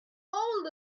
old